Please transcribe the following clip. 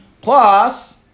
plus